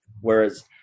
Whereas